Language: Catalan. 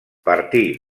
partir